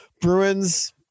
Bruins